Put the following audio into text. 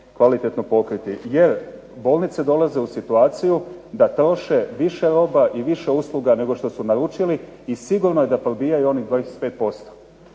kvalitetno pokriti. Jer bolnice dolaze u situaciju da troše više roba i više usluga nego što su naručili i sigurno je da probijaju onih 25%.